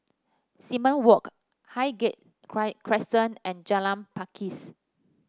Simon Walk Highgate Crescent and Jalan Pakis